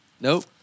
Nope